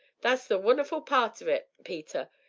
that's the wonnerful part of it, peter.